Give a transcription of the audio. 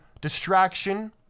distraction